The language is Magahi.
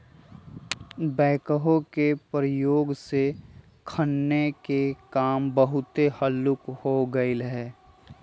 बैकहो के प्रयोग से खन्ने के काम बहुते हल्लुक हो गेलइ ह